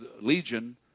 legion